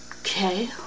Okay